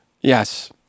yes